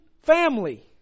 Family